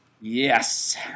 Yes